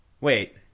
Wait